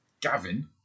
Gavin